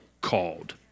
called